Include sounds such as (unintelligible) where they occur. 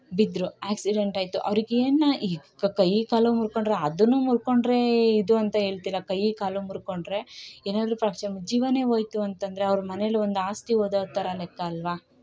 ಬಿದ್ರು ಆಕ್ಸಿಡೆಂಟ್ ಆಯಿತು ಅವ್ರಿಗೇನು ಈ ಕೈ ಕಾಲು ಮುರ್ಕೊಂಡ್ರು ಅದನ್ನು ಮುರ್ಕೊಂಡ್ರೆ ಇದು ಅಂತ ಹೇಳ್ತೀರಾ ಕೈ ಕಾಲೋ ಮುರ್ಕೊಂಡ್ರೆ ಏನಾದ್ರು (unintelligible) ಜೀವನೇ ಹೋಯ್ತು ಅಂತಂದ್ರೆ ಅವ್ರ ಮನೇಲೂ ಒಂದು ಆಸ್ತಿ ಹೋದ ಥರ ಲೆಕ್ಕ ಅಲ್ವಾ